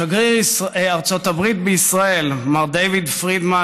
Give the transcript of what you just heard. שגריר ארצות הברית בישראל מר דיוויד פרידמן